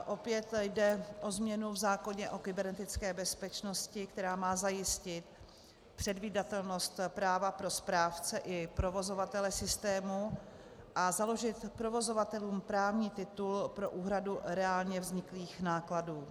Opět jde o změnu v zákoně o kybernetické bezpečnosti, která má zajistit předvídatelnost práva pro správce i provozovatele systému a založit provozovatelům právní titul pro úhradu reálně vzniklých nákladů.